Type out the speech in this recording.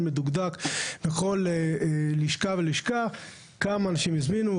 מדוקדק בכל לשכה ולשכה כמה אנשים הזמינו,